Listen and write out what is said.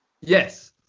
Yes